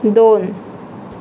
दोन